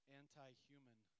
anti-human